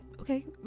Okay